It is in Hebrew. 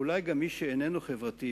ואולי גם מי שאיננו חברתי,